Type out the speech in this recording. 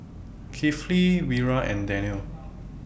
Kifli Wira and Daniel